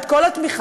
את כל התמיכה,